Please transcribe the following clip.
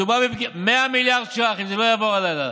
מדובר ב-100 מיליארד ש"ח, אם זה לא יעבור הלילה.